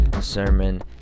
sermon